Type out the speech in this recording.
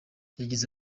yagize